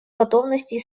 готовности